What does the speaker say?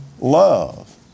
love